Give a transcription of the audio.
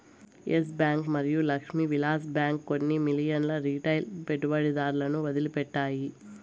yes Bank మరియు Lakshmi Vilas Bank కొన్ని మిలియన్ల రిటైల్ పెట్టుబడిదారులను వదిలిపెట్టాయి